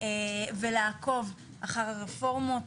ולעקוב אחר הרפורמות.